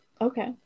Okay